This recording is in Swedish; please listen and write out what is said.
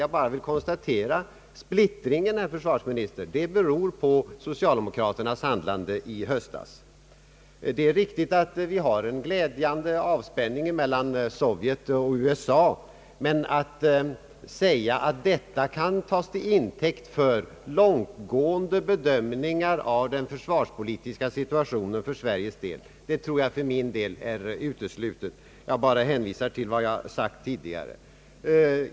Jag konstaterar endast att splittringen, herr försvarsminister, beror på socialdemokraternas handlande i höstas. Det är riktigt att vi har en glädjande avspänning mellan Sovjet och USA, men att säga att detta kan tas till intäkt för långtgående bedömningar av den försvarspolitiska situationen för Sveriges del tror jag är uteslutet. Jag hänvisar till vad jag tidigare har sagt.